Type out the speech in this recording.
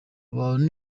abantu